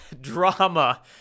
drama